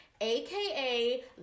aka